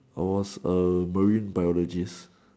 I was a marine biologist